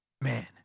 man